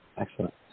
Excellent